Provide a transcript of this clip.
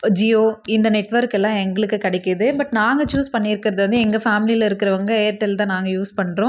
ஜியோ இந்த நெட்வொர்க்கெல்லாம் எங்களுக்கு கிடைக்கிது பட் நாங்கள் சூஸ் பண்ணியிருக்கிறது வந்து எங்கள் ஃபேமிலியில் இருக்கிறவங்க ஏர்டெல் தான் நாங்கள் யூஸ் பண்ணுறோம்